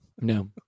No